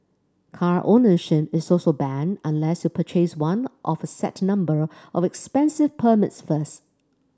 car ownership is also banned unless you purchase one of a set number of expensive permits first